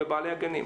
ובעלי הגנים.